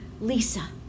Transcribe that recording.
Lisa